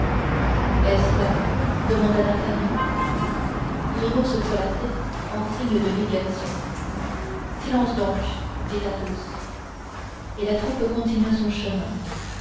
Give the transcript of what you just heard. est-ce là demanda d'artagnan grimaud secoua la tête en signe de négation silence donc dit athos et la troupe continua son chemin